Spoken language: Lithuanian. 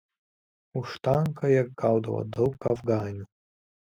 už tanką jie gaudavo daug afganių